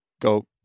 go